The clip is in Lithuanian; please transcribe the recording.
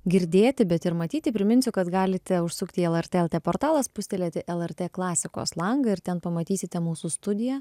girdėti bet ir matyti priminsiu kad galite užsukti į lrt lt portalą spustelėti lrt klasikos langą ir ten pamatysite mūsų studiją